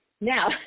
Now